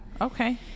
Okay